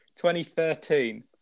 2013